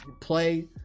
play